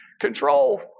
Control